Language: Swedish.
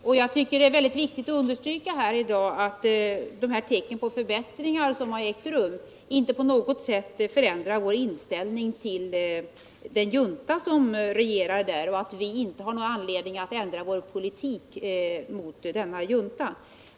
Det är också mycket viktigt att understryka att tecknen på förbättringar som ägt rum i Chile inte på något sätt förändrar vår inställning till den junta som regerar där och att vi inte har någon anledning att ändra vår politik gentemot denna junta.